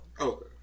okay